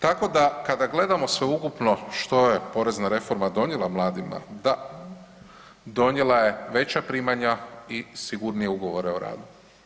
Tako da kada gledamo sveukupno što je porezna reforma donijela mladima, da, donijela je veća primanja i sigurnije ugovore o radu.